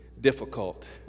difficult